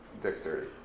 dexterity